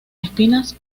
espinas